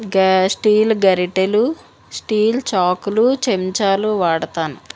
గ్యా స్టీల్ గరిటెలు స్టీల్ చాకులు చెంచాలు వాడతాను